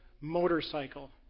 motorcycle